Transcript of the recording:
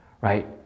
right